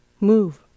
move